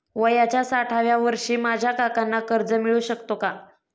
वयाच्या साठाव्या वर्षी माझ्या काकांना कर्ज मिळू शकतो का?